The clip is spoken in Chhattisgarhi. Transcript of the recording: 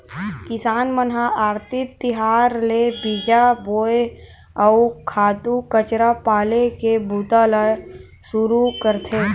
किसान मन ह अक्ति तिहार ले बीजा बोए, अउ खातू कचरा पाले के बूता ल सुरू करथे